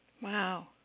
Wow